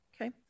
Okay